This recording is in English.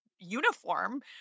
uniform